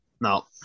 No